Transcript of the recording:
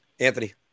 Anthony